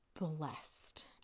blessed